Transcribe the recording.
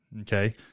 Okay